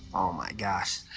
oh my gosh.